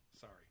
Sorry